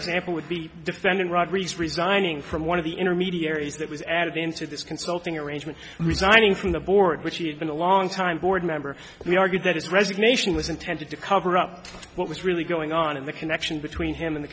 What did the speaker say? example would be defending rodriguez resigning from one of the intermediaries that was added in to this consulting arrangement resigning from the board which he had been a long time board member and we argued that his resignation was intended to cover up what was really going on in the connection between him and the